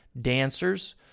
dancers